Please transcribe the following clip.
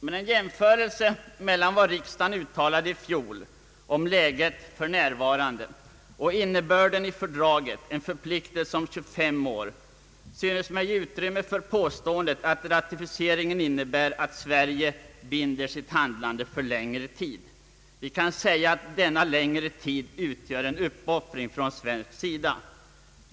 Men en jämförelse mellan vad riksdagen i fjol uttalade om läget »för närvarande», och innebörden i fördraget — med en förpliktelse som omfattar 25 år — synes mig ge utrymme för påståendet att ratificeringen innebär att Sverige binder sitt handlande för längre tid. Vi kan säga att denna längre tid utgör en »uppoffring» från svensk sida.